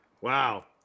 Wow